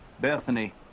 Bethany